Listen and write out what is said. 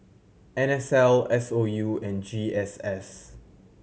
N S L S O U and G S S